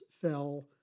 fell